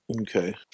Okay